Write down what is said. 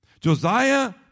Josiah